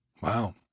Wow